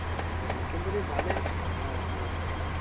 local যদি যদি ভালেই অঁ অঁ